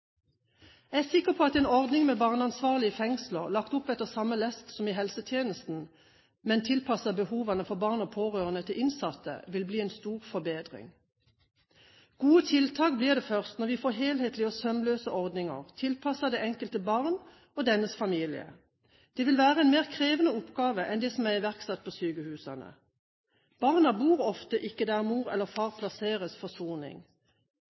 Jeg er sikker på at en ordning med barneansvarlige i fengsler, lagt opp etter samme lest som i helsetjenesten, men tilpasset behovene for barn og pårørende til innsatte, vil bli en stor forbedring. Gode tiltak blir det først når vi får helhetlige og sømløse ordninger, tilpasset det enkelte barn og dets familie. Det vil være en mer krevende oppgave enn det som er iverksatt på sykehusene. Barna bor ofte ikke der mor eller far plasseres for soning.